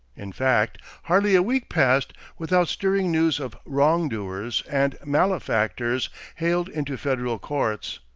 in fact hardly a week passed without stirring news of wrong doers and malefactors haled into federal courts.